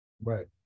Right